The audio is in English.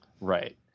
right